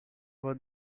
for